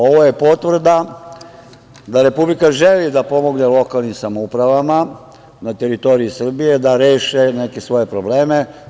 Ovo je potvrda da Republika želi da pomogne lokalnim samoupravama na teritoriji Srbije da reše neke svoje probleme.